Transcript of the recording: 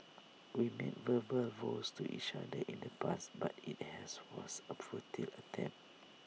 we made verbal vows to each other in the past but IT has was A futile attempt